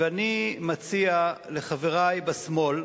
ואני מציע לחברי בשמאל,